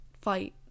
fight